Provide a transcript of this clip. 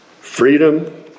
Freedom